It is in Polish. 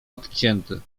odcięty